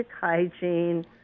hygiene